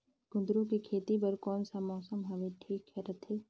कुंदूरु के खेती बर कौन सा मौसम हवे ठीक रथे?